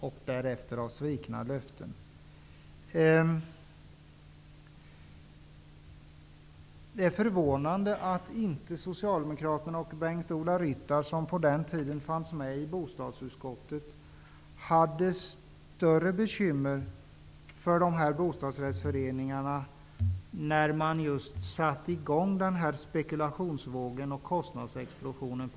Man sviker också sina löften. Det är förvånande att Socialdemokraterna och Bengt-Ola Ryttar, som satt med i bostadsutskottet vid den tiden, inte hade större bekymmer för bostadsrättsföreningarna när man på 80-talet satte i gång spekulationsvågen och kostnadsexplosionen.